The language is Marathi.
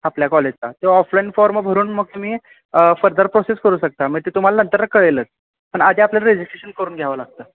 आपल्या कॉलेजचा तो ऑफलाईन फॉर्म भरून मग तुम्ही फर्दर प्रोसेस करू शकता म्हणजे ते तुम्हाला नंतर कळेलच पण आधी आपल्याला रेजिस्ट्रेशन करून घ्यावं लागतं